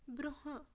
برٛونٛہہٕ